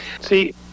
See